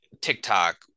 tiktok